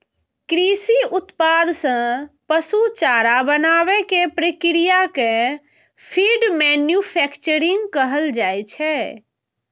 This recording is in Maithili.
कृषि उत्पाद सं पशु चारा बनाबै के प्रक्रिया कें फीड मैन्यूफैक्चरिंग कहल जाइ छै